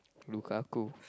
Lukaku